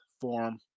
form